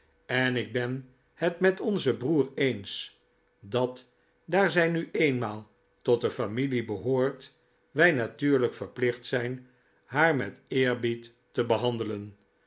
en ik ben het met onzen broer eens dat daar zij nu eenmaal tot de familie behoort wij natuurlijk verplicht zijn haar met eerbied te behandelen